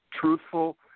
truthful